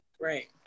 Right